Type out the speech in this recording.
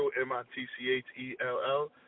M-I-T-C-H-E-L-L